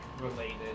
related